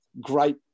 great